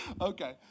okay